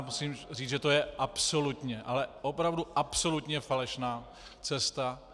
Musím říct, že to je absolutně, ale opravdu absolutně falešná cesta.